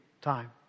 time